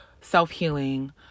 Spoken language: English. self-healing